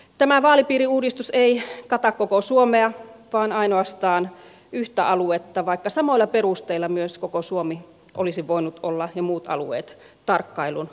tämä vaalipiiriuudistus ei kata koko suomea vaan ainoastaan yhden alueen vaikka samoilla perusteilla myös muut alueet ja koko suomi olisivat voineet olla tarkkailun alla